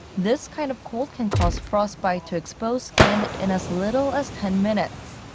this kind of cold can cause frostbite to exposed skin in as little as ten minutes.